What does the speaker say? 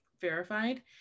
verified